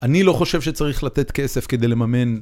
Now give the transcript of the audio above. אני לא חושב שצריך לתת כסף כדי לממן.